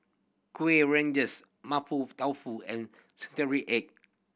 Kuih Rengas Mapo Tofu and egg